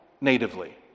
natively